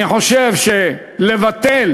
אני חושב שביטול